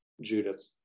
Judith